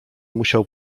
musiał